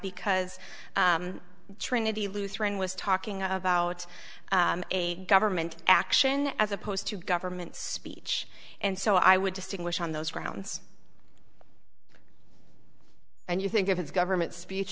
because trinity lutheran was talking about a government action as opposed to government speech and so i would distinguish on those grounds and you think of his government speech